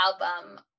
album